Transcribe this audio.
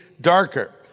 darker